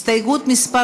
הסתייגות מס'